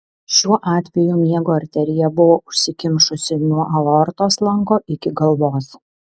šiuo atveju miego arterija buvo užsikimšusi nuo aortos lanko iki galvos